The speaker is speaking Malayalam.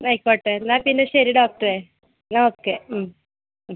ആയിക്കോട്ടെ എന്നാൽ പിന്നെ ശരി ഡോക്ടറെ എന്നാൽ ഓക്കെ